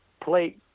play